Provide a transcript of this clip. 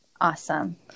Awesome